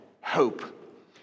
hope